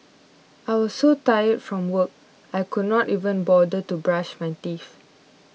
I was so tired from work I could not even bother to brush my teeth